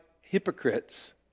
hypocrites